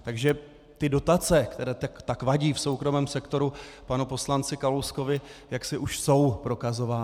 Takže ty dotace, které tak vadí v soukromém sektoru panu poslanci Kalouskovi, jaksi už jsou prokazovány.